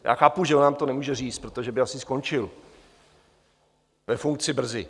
Já chápu, že nám to nemůže říct, protože by asi skončil ve funkci brzy.